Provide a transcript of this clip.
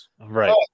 Right